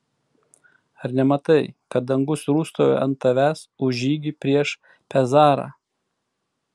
ar nematai kad dangus rūstauja ant tavęs už žygį prieš pezarą